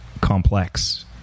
complex